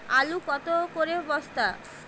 আলু কত করে বস্তা?